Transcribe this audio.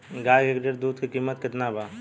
गाय के एक लीटर दुध के कीमत केतना बा?